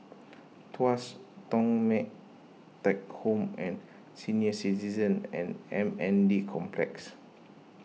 Tuas Thong Teck Home at Senior Citizens and M N D Complex